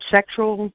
Sexual